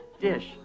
dish